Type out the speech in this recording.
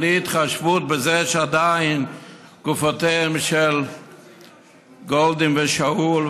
בלי התחשבות בזה שעדיין גופותיהם של גולדין ושאול,